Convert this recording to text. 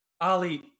Ali